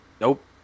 Nope